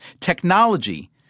Technology